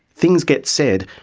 things get said,